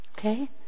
Okay